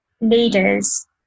leaders